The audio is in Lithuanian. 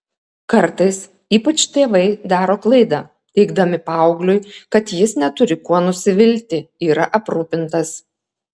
kartais ypač tėvai daro klaidą teigdami paaugliui kad jis neturi kuo nusivilti yra aprūpintas